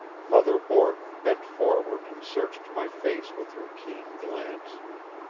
mother borton bent forward and searched my face with her keen glance.